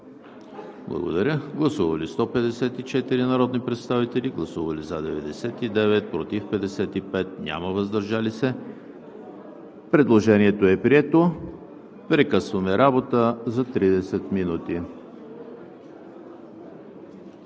за § 15. Гласували 154 народни представители: за 99, против 55, въздържали се няма. Предложението е прието. Прекъсваме работа за 30 минути.